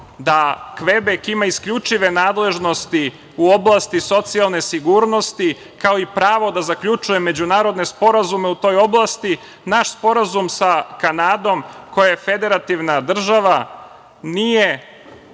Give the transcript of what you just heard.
da Kvebek ima isključive nadležnosti u oblasti socijalne sigurnosti kao i pravo da zaključuje međunarodne sporazume u toj oblasti, naš sporazum sa Kanadom, koja je federativna država nije,